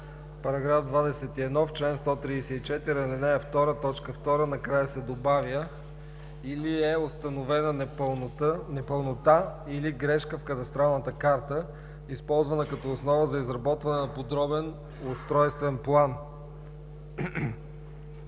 ал. 2, т. 2 накрая се добавя „или е установена непълнота или грешка в кадастралната карта, използвана като основа за изработване на подробен устройствен план“.“